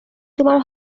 তোমাৰ